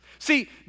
See